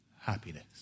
happiness